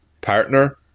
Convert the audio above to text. partner